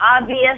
obvious